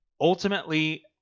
ultimately